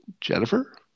Jennifer